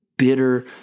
bitter